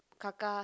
Kaka